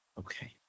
Okay